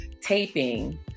taping